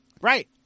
Right